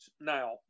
Now